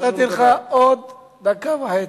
נתתי לך עוד דקה וחצי,